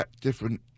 different